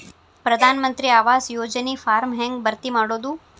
ಪ್ರಧಾನ ಮಂತ್ರಿ ಆವಾಸ್ ಯೋಜನಿ ಫಾರ್ಮ್ ಹೆಂಗ್ ಭರ್ತಿ ಮಾಡೋದು?